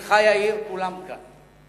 ונינך יאיר, כולם כאן.